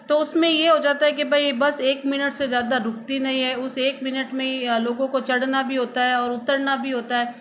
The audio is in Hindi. तो उसमें ये हो जाता है की भाई बस एक मिनट से ज़्यादा रूकती नहीं है उस एक मिनट में ही लोगों को चढ़ना भी होता है और उतरना भी होता है